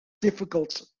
difficult